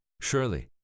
Surely